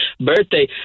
birthday